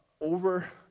over